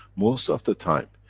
most of the time,